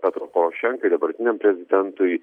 petro porošenkai dabartiniam prezidentui